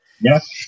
yes